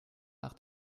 nach